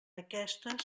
aquesta